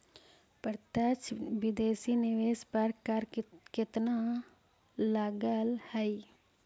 प्रत्यक्ष विदेशी निवेश पर कर केतना लगऽ हइ?